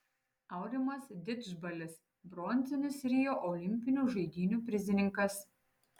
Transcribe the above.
aurimas didžbalis bronzinis rio olimpinių žaidynių prizininkas